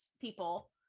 people